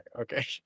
okay